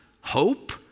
hope